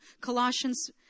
Colossians